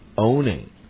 owning